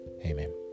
amen